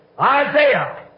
Isaiah